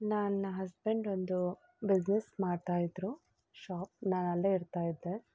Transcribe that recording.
ನನ್ನ ಹಸ್ಬೆಂಡೊಂದು ಬಿಸ್ನೆಸ್ ಮಾಡ್ತಾಯಿದ್ದರು ಶಾಪ್ ನಾನಲ್ಲೇ ಇರ್ತಾಯಿದ್ದೆ